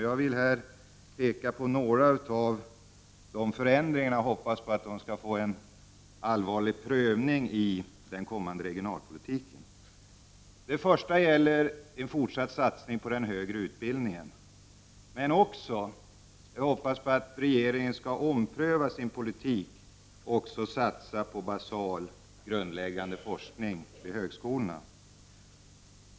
Jag vill här peka på några av de förändringarna, som jag hoppas skall få en allvarlig prövning i den kommande regionalpolitiken. Det första gäller en fortsatt satsning på den högre utbildningen, men jag hoppas att regeringen också skall ompröva sin politik och även satsa på grundläggande forskning vid högskolorna.